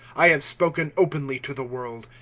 i have spoken openly to the world.